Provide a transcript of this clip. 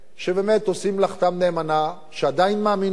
שבאמת עושים מלאכתם נאמנה, שעדיין מאמינים